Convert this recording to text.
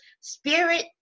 spirit